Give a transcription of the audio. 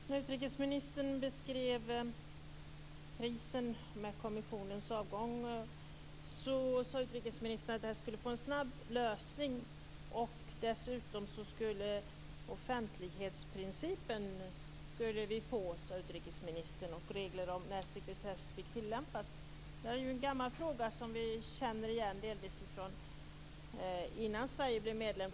Herr talman! När utrikesministern beskrev krisen med kommissionens avgång sade hon att frågan skulle få en snabb lösning. Dessutom sade utrikesministern att vi skulle få offentlighetsprincipen och regler om när sekretess fick tillämpas. Det här är ju en gammal fråga som vi känner igen delvis från tiden innan Sverige blev medlem.